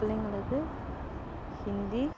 என் பிள்ளைங்களுக்கு ஹிந்தி